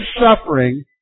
suffering